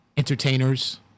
entertainers